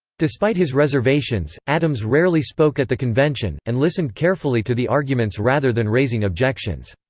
despite his reservations, adams rarely spoke at the convention, and listened carefully to the arguments rather than raising objections.